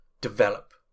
develop